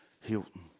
Hilton